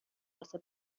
واسه